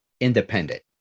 independent